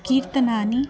कीर्तनानि